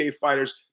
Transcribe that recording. fighters